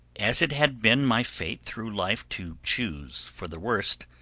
as it has been my fate through life to choose for the worst,